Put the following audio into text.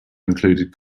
included